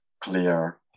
clear